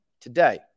today